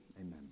Amen